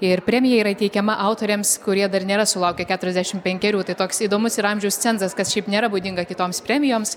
ir premija įteikiama autoriams kurie dar nėra sulaukę keturiasdešimt penkerių tai toks įdomus ir amžiaus cenzas kas šiaip nėra būdinga kitoms premijoms